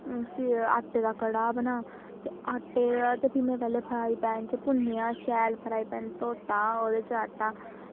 आटे दा कड़ाह् बनांऽ ते आटे दा ते पैह्लें में फ्राईपेन च भुन्नेआ शैल फ्राईपेन पांऽ ओह्दे च आटा